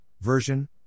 Version